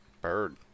Bird